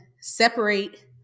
separate